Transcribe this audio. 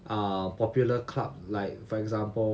ah popular club like for example